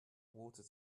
water